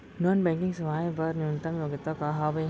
Non banking सेवाएं बर न्यूनतम योग्यता का हावे?